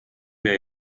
wir